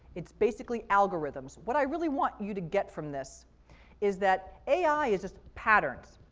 it's basically algorithms. what i really want you to get from this is that ai is just patterns.